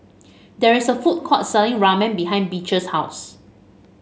there is a food court selling Ramen behind Beecher's house